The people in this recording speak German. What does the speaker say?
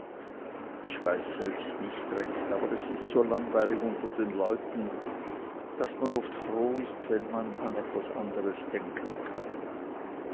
ich weiß selbst nicht recht aber es ist so langweilig unter den leuten daß man oft froh ist wenn man an etwas anderes denken kann